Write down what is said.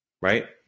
right